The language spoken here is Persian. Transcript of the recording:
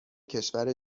کشور